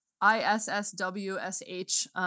I-S-S-W-S-H